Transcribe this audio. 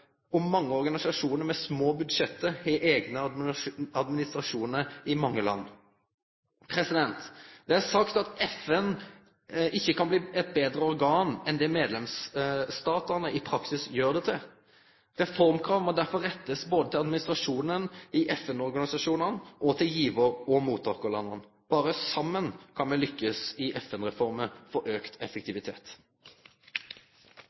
mange organisasjonar med små budsjett har eigne administrasjonar i mange land. Det er sagt at FN ikkje kan bli eit betre organ enn det medlemsstatane i praksis gjer det til. Reformkrav må derfor rettast både til administrasjonen i FN-organisasjonane og til givar- og mottakarlanda. Berre saman kan me lukkast i FN-reformer for